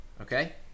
Okay